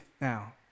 now